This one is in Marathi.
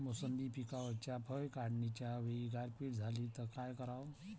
मोसंबी पिकावरच्या फळं काढनीच्या वेळी गारपीट झाली त काय कराव?